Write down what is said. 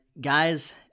guys